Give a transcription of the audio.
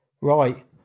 Right